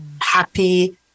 happy